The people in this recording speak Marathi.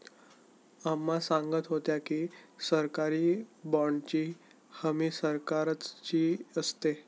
अम्मा सांगत होत्या की, सरकारी बाँडची हमी सरकारची असते